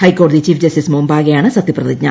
ഹൈക്കോടതി chief justice മുമ്പാകെയാണ് സത്യപ്രതിജ്ഞ